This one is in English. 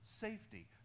safety